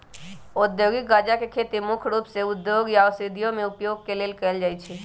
औद्योगिक गञ्जा के खेती मुख्य रूप से उद्योगों या औषधियों में उपयोग के लेल कएल जाइ छइ